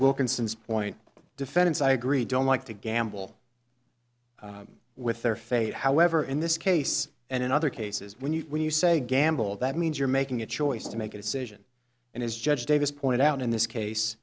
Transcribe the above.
wilkinson's point defense i agree don't like to gamble with their fate however in this case and in other cases when you when you say gamble that means you're making a choice to make a decision and as judge davis pointed out in this case